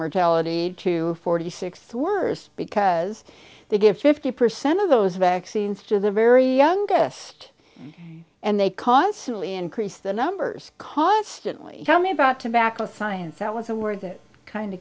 mortality to forty six the worst because they give fifty percent of those vaccines to the very youngest and they constantly increase the numbers constantly tell me about tobacco science that was a word that kind of